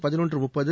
பதினொன்று முப்பது